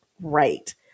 right